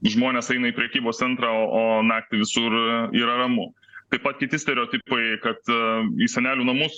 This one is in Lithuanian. žmonės eina į prekybos centrą o o naktį visur yra ramu taip pat kiti stereotipai kad į senelių namus